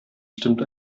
stimmt